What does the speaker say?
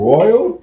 Royal